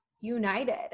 united